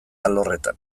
alorretan